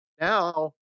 now